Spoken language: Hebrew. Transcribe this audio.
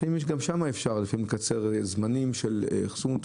לפעמים יש גם שמה אפשר לפעמים לקצר זמנים של אחסון,